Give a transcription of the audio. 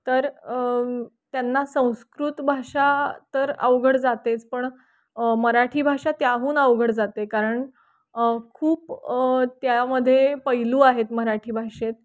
तर त्यांना संस्कृत भाषा तर अवघड जातेच पण मराठी भाषा त्याहून अवघड जाते कारण खूप त्यामध्ये पैलू आहेत मराठी भाषेत